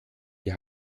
die